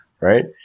Right